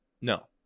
No